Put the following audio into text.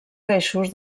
feixos